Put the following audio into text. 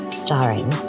starring